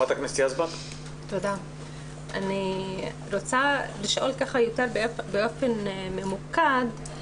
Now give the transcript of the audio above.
אני רוצה לשאול באופן ממוקד.